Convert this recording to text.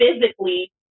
physically